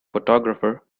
photographer